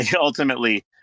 ultimately